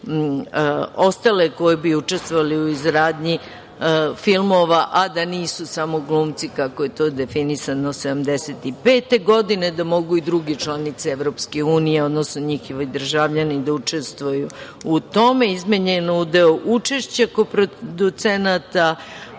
na ostale koje bi učestvovali u izgradnji filmova, a da nisu samo glumci, kako je to definisano 1975. godine, da mogu i druge članice EU, odnosno njihovi državljani da učestvuju u tome. Izmenjen je udeo učešća koproducenata,